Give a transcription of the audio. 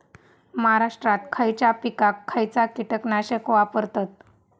महाराष्ट्रात खयच्या पिकाक खयचा कीटकनाशक वापरतत?